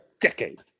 decade